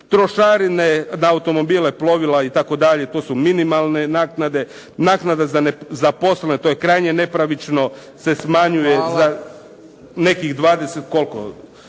Trošarine od automobila, plovila itd. to su minimalne naknade. Naknada za nezaposlene to je krajnje nepravično se smanjuje za nekih 20 koliko,